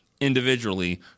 individually